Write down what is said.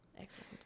excellent